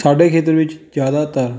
ਸਾਡੇ ਖੇਤਰ ਵਿੱਚ ਜ਼ਿਆਦਾਤਰ